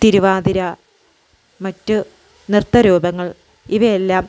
തിരുവാതിര മറ്റ് നൃത്തരൂപങ്ങൾ ഇവയെല്ലാം